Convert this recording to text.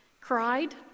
cried